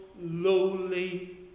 lowly